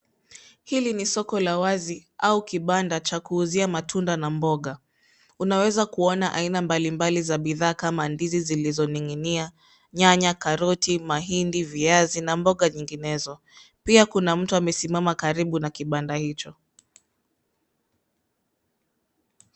Hili ni soko la wazi au kibanda cha kuuzia matunda na mboga unaweza kuona aina mbalimbali za bidhaa kama ndizi zilizoninginia, nyanya, karoti, mahindi, viazi na mboga nyinginezo pia kuna mtu amesimama karibu na kibanda hicho.